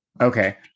Okay